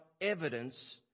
evidence